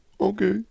okay